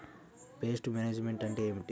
Pest management అంటే ఏమిటి?